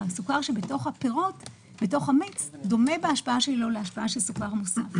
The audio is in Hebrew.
הסוכר שבתוך מיץ הפירות דומה בהשפעה שלו להשפעה של סוכר מוסף.